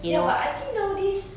ya but I think nowadays